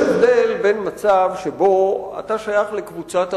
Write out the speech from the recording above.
יש הבדל בין מצב שבו אתה שייך לקבוצת הרוב,